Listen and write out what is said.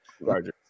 larger